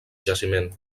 jaciment